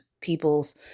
people's